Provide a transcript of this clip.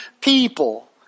people